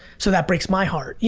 so that breaks my heart. you